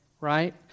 right